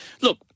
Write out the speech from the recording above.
look